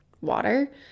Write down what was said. water